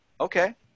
Okay